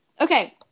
Okay